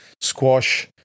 squash